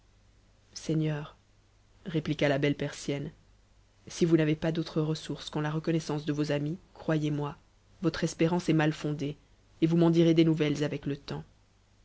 seigneur répliqua la belle persi vous n'avez pas d'autre ressource qu'en la reconnaissance de s amis croyez-moi votre espérance est mal fondée et vous m'en jirfx des nouvelles avec le temps